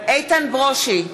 איתן ברושי,